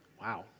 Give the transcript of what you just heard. Wow